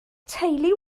teulu